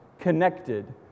connected